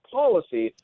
policy